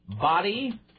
Body